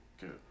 Good